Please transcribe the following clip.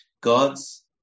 God's